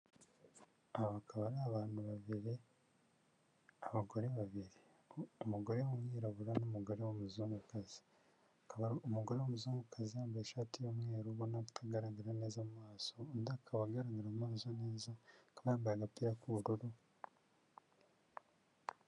Aba akaba ari abantu babiri abagore babiri umugore w'umwirabura n'umugore w'umuzungukazi, akaba ari umugore w'umuzungukazi wambaye ishati y'umweru ubona ko atagaragara neza mu maso undi akaba agaragara amaso neza akaba yambaye agapira k'ubururu.